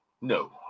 no